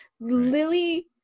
Lily